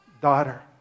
daughter